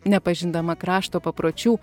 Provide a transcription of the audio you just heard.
nepažindama krašto papročių